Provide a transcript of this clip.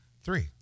Three